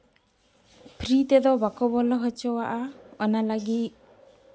free ᱛᱮᱫᱚ ᱵᱟᱠᱚ ᱵᱚᱞᱚ ᱦᱚᱪᱚ ᱣᱟᱜᱼᱟ ᱚᱱᱟ ᱞᱟᱹᱜᱤᱫ